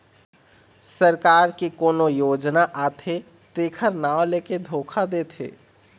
सरकार के कोनो योजना आथे तेखर नांव लेके धोखा देथे